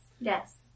yes